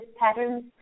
patterns